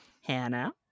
hannah